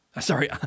Sorry